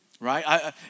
right